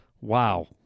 Wow